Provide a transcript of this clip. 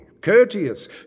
courteous